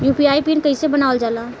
UPI PIN कइसे बनावल जाला?